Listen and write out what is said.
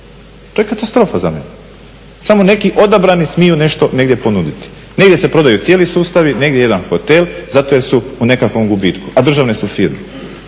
To je katastrofa za mene, samo neki odabrani smiju nešto negdje ponuditi. Negdje se prodaju cijeli sustavi, negdje jedan hotel zato jer su u nekakvom gubitku a državne su firme.